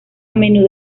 menudo